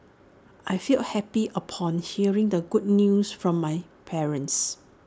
I felt happy upon hearing the good news from my parents